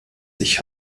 sich